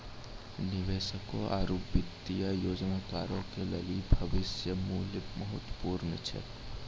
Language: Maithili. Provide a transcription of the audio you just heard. निवेशकों आरु वित्तीय योजनाकारो के लेली भविष्य मुल्य महत्वपूर्ण छै